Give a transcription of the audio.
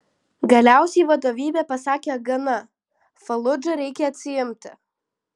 galiausiai vadovybė pasakė gana faludžą reikia atsiimti